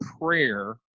prayer